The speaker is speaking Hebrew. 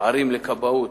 ערים לכבאות,